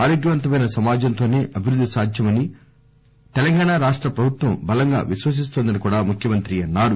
ఆరోగ్యవంతమైన సమాజంతోనే అభివృద్ది సాధ్యమని తెలంగాణ రాష్టప్రభుత్వం బలంగా విశ్వసిస్తోన్న దని అన్నారు